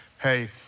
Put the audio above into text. hey